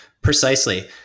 Precisely